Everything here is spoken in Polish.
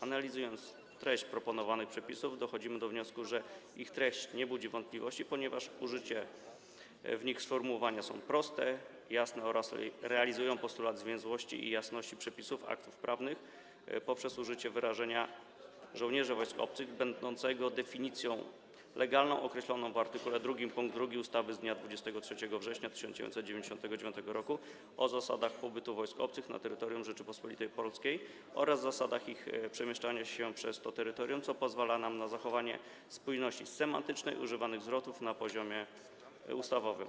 Analizując treść proponowanych przepisów, dochodzimy do wniosku, że ich treść nie budzi wątpliwości, ponieważ użyte w nich sformułowania sią proste, jasne oraz realizują postulat zwięzłości i jasności przepisów aktów prawnych poprzez użycie wyrażenia: żołnierze wojsk obcych, będącego definicją legalną, określoną w art. 2 pkt 2 ustawy z dnia 23 września 1999 r. o zasadach pobytu wojsk obcych na terytorium Rzeczypospolitej Polskiej oraz zasadach ich przemieszczania się przez to terytorium, co pozwala nam na zachowanie spójności semantycznej używanych zwrotów na poziomie ustawowym.